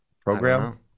Program